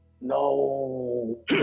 no